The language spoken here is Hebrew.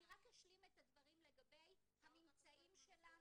אני רק אשלים את הדברים לגבי הממצאים שלנו.